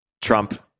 Trump